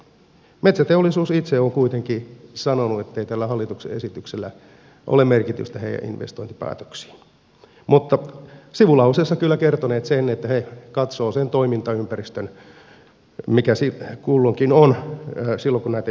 metsäteollisuus itse on kuitenkin sanonut ettei tällä hallituksen esityksellä ole merkitystä heidän investointipäätöksiinsä mutta sivulauseessa ovat kyllä kertoneet sen että he katsovat sen toimintaympäristön mikä kulloinkin on silloin kun näitä investointipäätöksiä tehdään